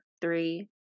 three